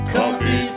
Coffee